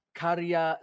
karya